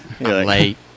late